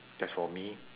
that's for me